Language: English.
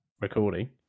recording